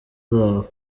zabo